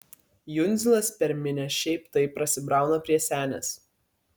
jundzilas per minią šiaip taip prasibrauna prie senės